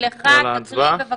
היועצת המשפטית תקריא את